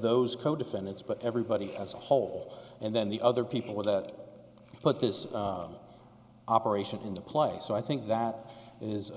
but everybody as a whole and then the other people that put this operation into place so i think that is